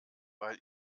weil